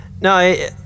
no